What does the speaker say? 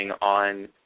On